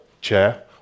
chair